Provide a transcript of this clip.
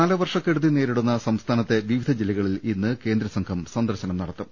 കാലവർഷക്കെടുതി നേരിടുന്ന സംസ്ഥാനത്തെ വിവിധ ജില്ലക ളിൽ ഇന്ന് കേന്ദ്രസംഘം സന്ദർശനം നടത്തും